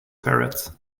parrots